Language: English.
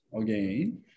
again